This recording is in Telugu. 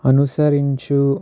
అనుసరించు